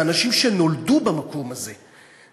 זה אנשים שנולדו במקום הזה,